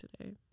today